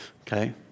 okay